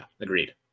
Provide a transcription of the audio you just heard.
Agreed